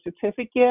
certificate